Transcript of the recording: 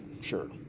sure